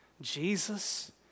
Jesus